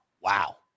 wow